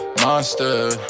monster